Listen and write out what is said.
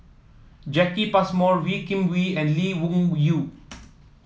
Jacki Passmore Wee Kim Wee and Lee Wung Yew